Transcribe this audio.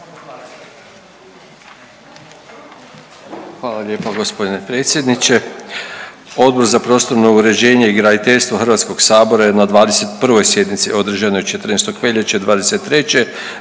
Hvala lijepa g. predsjedniče. Odbor za prostorno uređenje i graditeljstvo HS je na 21. sjednici održanoj 14. veljače '23.